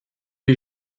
les